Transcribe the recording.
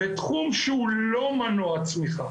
ותחום שהוא לא מנוע צמיחה.